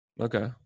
Okay